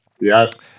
yes